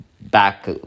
back